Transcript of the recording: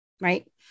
Right